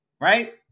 Right